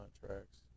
contracts